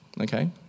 okay